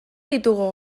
ditugu